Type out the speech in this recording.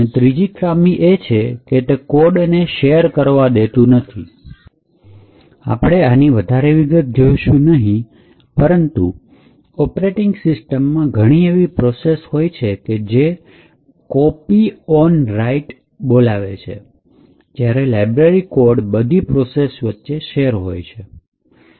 ત્રીજી ખામી એ છે કે તે કોડ ને શેર કરવા દેતું નથી આપણે આની વધારે વિગત જોઈશું નહીં પરંતુ ઓપરેટિંગ સિસ્ટમમાં ઘણી એવી પ્રોસેસ હોય છે કે જે copy on right બોલાવે છે જ્યાં લાઇબ્રેરી કોડ બધી પ્રોસેસ વચ્ચે શેર હોય છે